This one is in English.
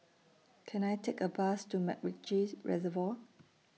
Can I Take A Bus to Macritchie Reservoir